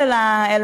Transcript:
אני ממתינה